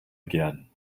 again